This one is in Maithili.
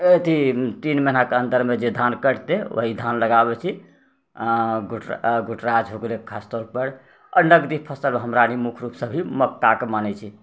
अथी तीन महिनाके अन्दरमे जे धान कटतै वएह धान लगाबै छी आओर गुट गुटराज हो गेलै खास तौरपर आओर नगदी फसल हमराअनी मुख्य रूपसँ भी मक्काके मानै छी